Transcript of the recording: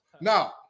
Now